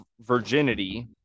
virginity